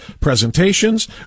presentations